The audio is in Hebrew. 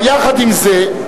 אבל יחד עם זה,